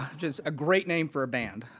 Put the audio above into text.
which is a great name for a band.